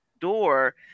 door